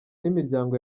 n’imiryango